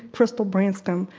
crystal branston,